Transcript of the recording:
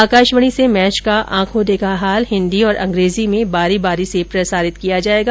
आकाशवाणी से मैच का आंखों देखा हाल हिन्दी और अंग्रेजी में बारी बारी से प्रसारित किया जाएगा